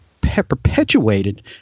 perpetuated